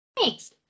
Thanks